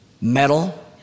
metal